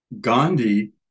Gandhi